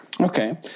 Okay